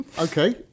Okay